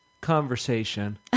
conversation